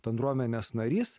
bendruomenės narys